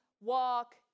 walk